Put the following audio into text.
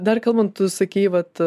dar kalbant tu sakei vat